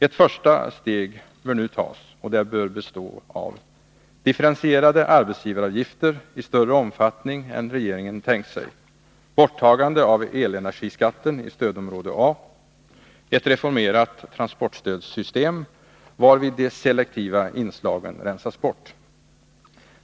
Ett första steg bör bestå av differentierade arbetsgivaravgifter i större omfattning än regeringen tänkt sig, borttagande av elenergiskatten i stödområde A, samt ett reformerat transportstödssystem, varvid de selektiva inslagen rensas bort.